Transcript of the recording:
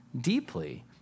deeply